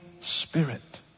Spirit